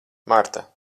marta